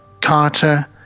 Carter